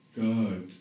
God